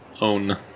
own